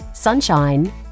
sunshine